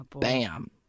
Bam